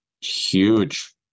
huge